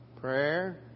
Prayer